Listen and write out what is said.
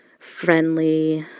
friendly,